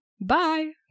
bye